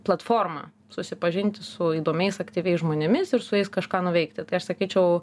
platformą susipažinti su įdomiais aktyviais žmonėmis ir su jais kažką nuveikti tai aš sakyčiau